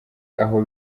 aho